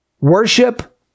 worship